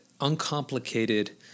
uncomplicated